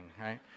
right